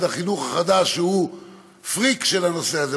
החינוך החדש שהוא פריק של הנושא הזה,